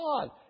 God